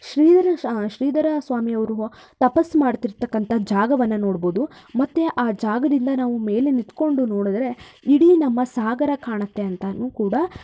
ಶ್ರೀರಿ ಶ್ರೀಧರ ಸ್ವಾಮಿ ಅವರು ತಪಸ್ಸು ಮಾಡ್ತಿರ್ತಕ್ಕಂಥ ಜಾಗವನ್ನು ನೋಡ್ಬೋದು ಮತ್ತು ಆ ಜಾಗದಿಂದ ನಾವು ಮೇಲೆ ನಿಂತ್ಕೊಂಡು ನೋಡಿದ್ರೆ ಇಡೀ ನಮ್ಮ ಸಾಗರ ಕಾಣತ್ತೆ ಅಂತಾನೂ ಕೂಡ